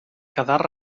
quedar